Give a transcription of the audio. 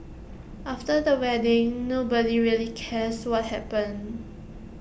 after the wedding nobody really cares what happened